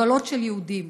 גולגולות של יהודים.